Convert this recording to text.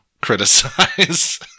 criticize